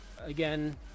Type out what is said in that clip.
again